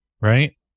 Right